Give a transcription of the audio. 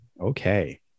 Okay